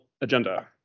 agenda